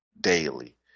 daily